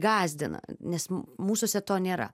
gąsdina nes mūsuose to nėra